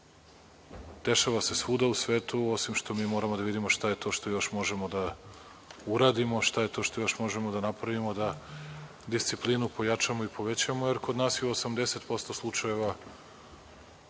Dešava se svuda u svetu, osim što moramo da vidimo šta je to što još možemo da uradimo, šta je to što još možemo da napravimo da disciplinu pojačamo i povećamo, jer je kod nas u 80% slučajeva